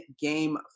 game